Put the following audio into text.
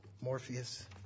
Morpheus